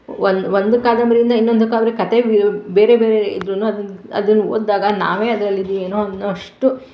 ಒಂದು ಒಂದು ಕಾದಂಬರಿಯಿಂದ ಇನ್ನೊಂದು ಕಾದಂಬರಿ ಕಥೆ ಬೇರೆ ಬೇರೆ ಇದ್ರೂ ಅದನ್ನು ಅದನ್ನು ಓದಿದಾಗ ನಾವೇ ಅದರಲ್ಲಿ ಇದೀವೇನೋ ಅನ್ನುವಷ್ಟು